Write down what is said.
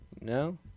No